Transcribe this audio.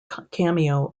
cameo